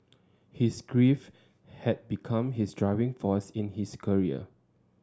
his grief had become his driving force in his career